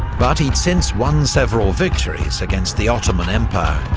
but he'd since won several victories against the ottoman empire,